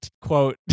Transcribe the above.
quote